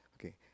Okay